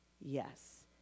yes